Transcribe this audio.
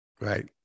right